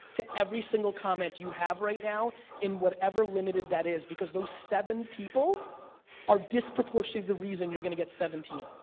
to every single comment you have right now in whatever limited that is, because those seven people are disproportionately the reason you're gonna get seventeen,